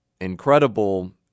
Incredible